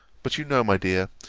but you know, my dear,